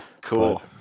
cool